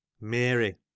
mary